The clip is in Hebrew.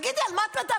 תגידי, על מה את מדברת?